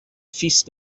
feast